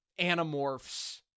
Animorphs